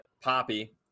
Poppy